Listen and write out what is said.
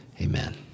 amen